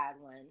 one